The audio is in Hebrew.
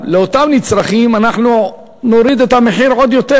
לאותם נצרכים אנחנו נוריד את המחיר עוד יותר.